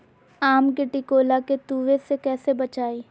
आम के टिकोला के तुवे से कैसे बचाई?